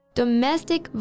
domestic